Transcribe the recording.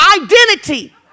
identity